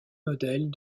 modèles